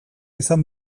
izan